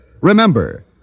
Remember